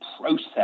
process